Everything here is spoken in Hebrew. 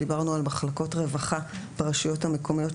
דיברנו על חלקות רווחה ברשויות המקומיות,